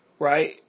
Right